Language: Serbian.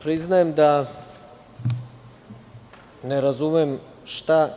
Priznajem da ne razumem šta